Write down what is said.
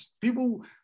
people